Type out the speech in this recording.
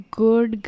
good